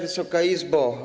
Wysoka Izbo!